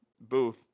booth